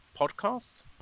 podcast